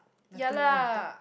ya lah